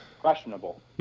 questionable